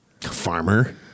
farmer